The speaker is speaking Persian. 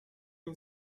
این